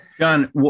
John